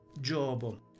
jobo